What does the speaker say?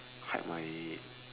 hide my